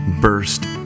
burst